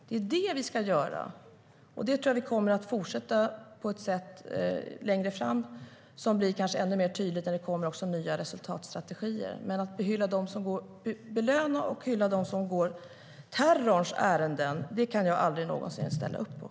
Det är det vi ska göra, och det tror jag att vi kommer att fortsätta med längre fram på ett sätt som kanske blir ännu mer tydligt när det kommer nya resultatstrategier. Men att belöna och hylla dem som går terrorns ärenden kan jag aldrig någonsin ställa upp på.